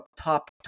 top